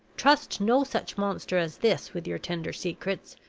trust no such monster as this with your tender secrets,